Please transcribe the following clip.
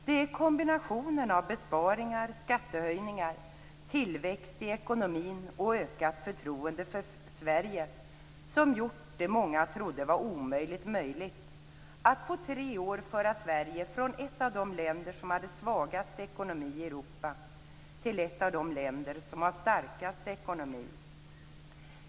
Det är kombinationen av besparingar, skattehöjningar, tillväxt i ekonomin och ökat förtroende för Sverige som har gjort det möjligt som många trodde var omöjligt: att på tre år föra Sverige från att vara ett av de länder i Europa som hade svagast ekonomi till att bli ett av de länder som har starkast ekonomi.